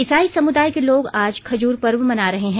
ईसाई समुदाय के लोग आज खजूर पर्व मना रहे हैं